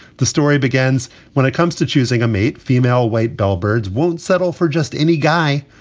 the story begins when it comes to choosing a mate. female wait. bellbird won't settle for just any guy.